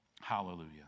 Hallelujah